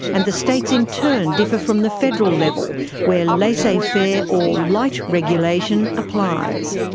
and the states in terms differ from the federal level where laissez-faire or light regulation applies.